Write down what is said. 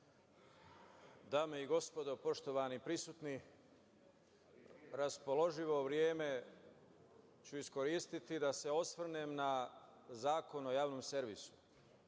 Dame i gospodo, poštovani prisutni, raspoloživo vreme ću iskoristiti da se osvrnem na Zakon o javnom servisu.